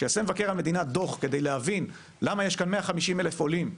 שיעשה מבקר המדינה דו"ח כדי להבין למה יש כאן 150,000 עולים,